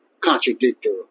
contradictory